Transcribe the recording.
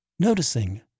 Noticing